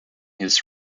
his